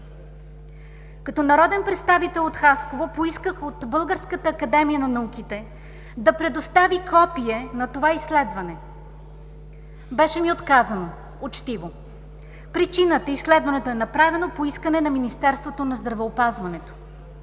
Като народен представител от Хасково поисках от Българската академия на науките да предостави копие на това изследване. Беше ми отказано учтиво. Причината: изследването е направено по искане на Министерството на здравеопазването.